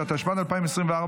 התשפ"ד 2024,